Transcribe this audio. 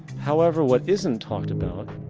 however, what isn't talked about,